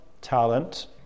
talent